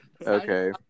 Okay